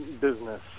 business